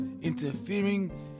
interfering